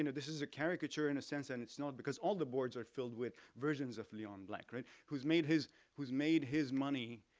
you know this is a caricature in a sense, and it's not, because all the boards are filled with versions of leon black, right, who's made his, who's made his money